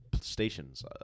stations